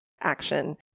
action